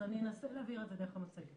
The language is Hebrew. אז אני אנסה להבהיר את זה דרך המצגת.